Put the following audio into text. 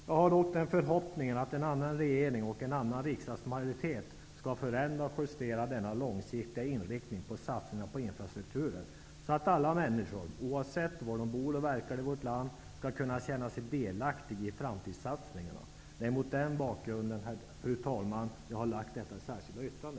Jag har dock den förhoppningen att en annan regering och en annan riksdagsmajoritet skall förändra och justera denna långsiktiga inriktning av satsningarna på infrastrukturen, så att alla människor -- oavett var de bor och verkar i vårt land -- skall kunna känna sig delaktiga i framtidssatsningarna. Fru talman! Det är mot den bakgrunden som jag har avgett detta särskilda yttrande.